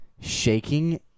shaking